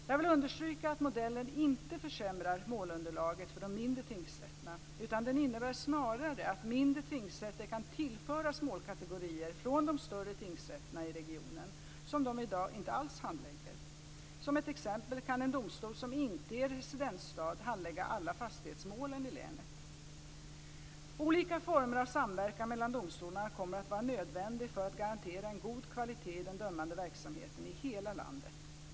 Jag vill understryka att modellen inte försämrar målunderlaget för de mindre tingsrätterna utan den innebär snarare att mindre tingsrätter kan tillföras målkategorier från de större tingsrätterna i regionen som de i dag inte alls handlägger. Som ett exempel kan en domstol när det inte är residensstad handlägga alla fastighetsmålen i länet. Olika former av samverkan mellan domstolarna kommer att vara nödvändig för att garantera en god kvalitet i den dömande verksamheten i hela landet.